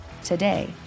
today